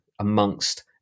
amongst